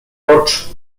rocz